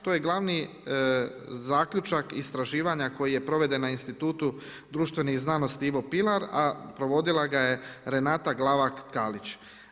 To je glavni zaključak istraživanja koji je proveden na Institutu društvenih znanosti Ivo Pilar, a provodila ga je Renata Glavak Tkalić.